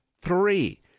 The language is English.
Three